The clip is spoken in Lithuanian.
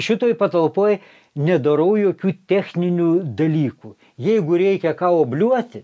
šitoj patalpoj nedarau jokių techninių dalykų jeigu reikia ką obliuoti